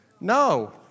No